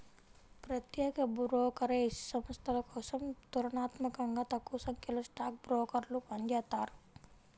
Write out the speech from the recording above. ప్రత్యేక బ్రోకరేజ్ సంస్థల కోసం తులనాత్మకంగా తక్కువసంఖ్యలో స్టాక్ బ్రోకర్లు పనిచేత్తారు